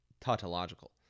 tautological